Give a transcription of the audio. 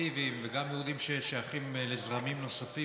קונסרבטיבים וגם יהודים ששייכים לזרמים נוספים,